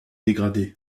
dégrader